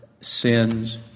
sins